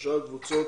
ושאר קבוצות